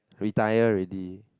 retire already